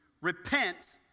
repent